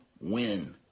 Win